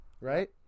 Right